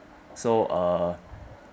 so uh